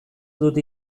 dut